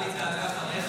טלי תעלה אחריך